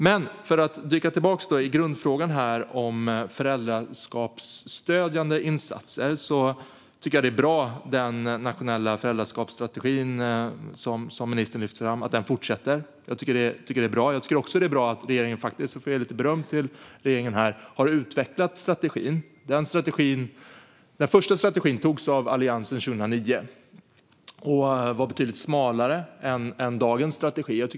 Jag vill gå tillbaka till grundfrågan om föräldraskapsstödjande insatser. Det är bra att den nationella föräldraskapsstrategi som ministern lyfte fram fortsätter. Jag får ge regeringen lite beröm; det är också bra att regeringen har utvecklat strategin. Den första strategin utformades av Alliansen 2009. Den var betydligt smalare än dagens strategi.